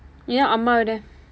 என் அம்மாவிட:en ammaavida